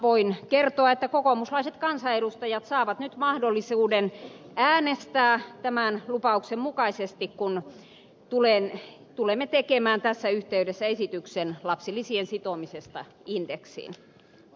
voin kertoa että kokoomuslaiset kansanedustajat saavat nyt mahdollisuuden äänestää tämän lupauksen mukaisesti kun tulemme tekemään tässä yhteydessä esityksen lapsilisien sitomisesta indeksiin